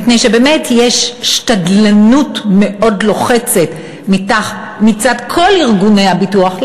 מפני שבאמת יש שתדלנות לוחצת מאוד מצד כל ארגוני הביטוח,